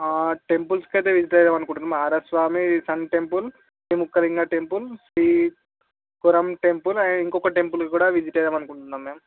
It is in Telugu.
టెంపుల్స్కి అయితే విజిట్ చేద్దాం అనుకుంటున్నాం Arasavalli sun temple Srimukhalinga temple Srikurmam temple and ఇంకొక టెంపుల్ కూడా విజిట్ చెయ్యాలని అనుకుంటున్నాము మామ్